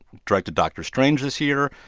directed dr. strange this year.